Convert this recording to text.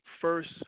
first